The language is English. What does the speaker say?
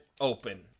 open